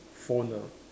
phone ah